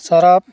surf